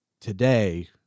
today